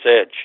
Edge